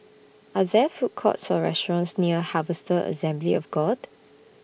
Are There Food Courts Or restaurants near Harvester Assembly of God